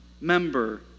member